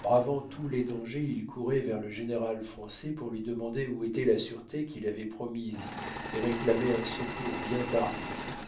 bravant tous les dangers il courait vers le général français pour lui demander où était la sûreté qu'il avait promise et réclamer un secours bien tardif